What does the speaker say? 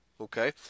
okay